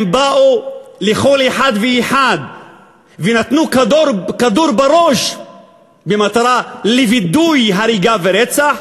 הם באו לכל אחד ואחד ונתנו כדור בראש במטרה לווידוא הריגה ורצח,